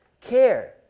care